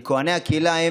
וכוהני הקהילה,